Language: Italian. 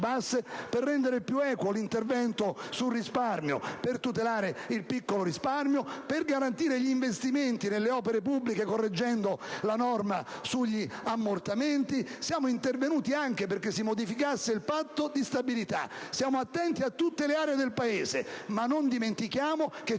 basse, per rendere più equo l'intervento sul risparmio e per tutelare il piccolo risparmio e per garantire gli investimenti nelle opere pubbliche, correggendo la norma sugli ammortamenti. Siamo intervenuti anche affinché si modificasse il Patto di stabilità. Stiamo attenti a tutte le aree del Paese, ma non dimentichiamo che